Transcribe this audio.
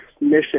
mission